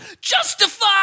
Justify